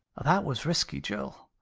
that was risky, jill.